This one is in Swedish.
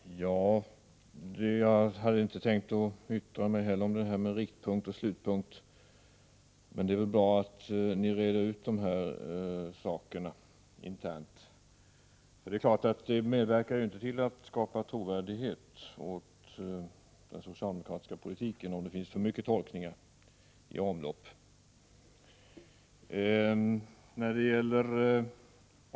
Herr talman! Jag har inte tänkt yttra mig om riktpunkt och slutpunkt — det är bra om ni reder ut dessa begrepp internt. Det medverkar inte till att skapa trovärdighet för den socialdemokratiska politiken om det finns många tolkningar i omlopp.